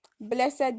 blessed